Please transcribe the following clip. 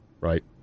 right